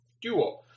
duo